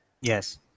Yes